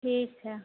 ठीक है